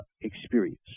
experience